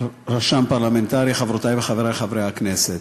רשם פרלמנטרי, חברותי וחברי חברי הכנסת,